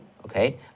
Okay